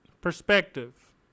Perspective